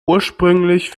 ursprünglich